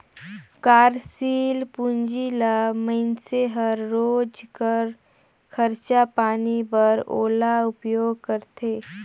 कारसील पूंजी ल मइनसे हर रोज कर खरचा पानी बर ओला उपयोग करथे